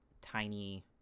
tiny